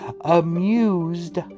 amused